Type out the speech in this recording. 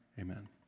Amen